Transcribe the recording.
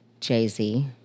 Jay-Z